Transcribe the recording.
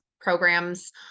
programs